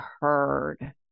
heard